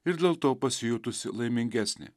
ir dėl to pasijutusi laimingesnė